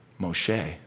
Moshe